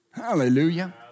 Hallelujah